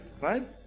right